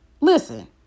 listen